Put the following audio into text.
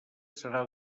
serà